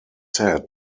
said